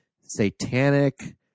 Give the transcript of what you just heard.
satanic